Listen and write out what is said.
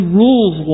rules